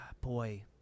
Boy